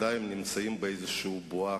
עשר דקות עומדות לרשות אדוני בסיבוב זה.